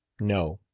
no.